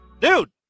Dude